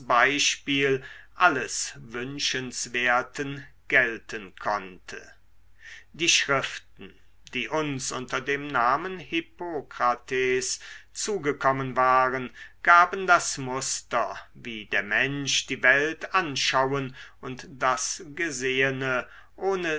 beispiel alles wünschenswerten gelten konnte die schriften die uns unter dem namen hippokrates zugekommen waren gaben das muster wie der mensch die welt anschauen und das gesehene ohne